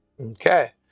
Okay